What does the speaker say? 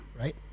right